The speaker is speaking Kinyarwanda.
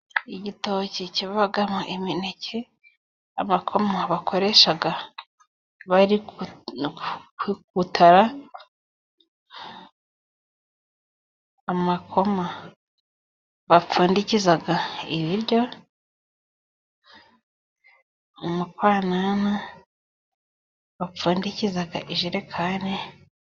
Igitabo kikivamo imineke, amakoma bakoresha bari gutara, amakoma bapfundikiza ibiryo, umukanana bapfundikiza ijerekani,..